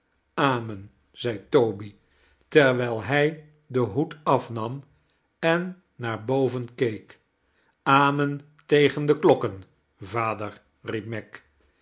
amen zei toby terwijl hij den hoed afnam en naar boven keek amen tegen de klokken vader riep